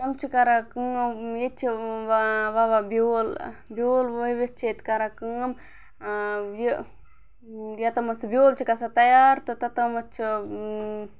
تِم چھِ کَران کٲم ییٚتہِ چھِ وَوان بیول بیول ؤوِتھ چھِ ییٚتہِ کَران کٲم یہِ یوٚتامَتھ سُہ بیول چھُ گژھان تیار توٚتَتھ تامَتھ چھِ